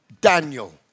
Daniel